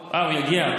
אה, הוא יגיע?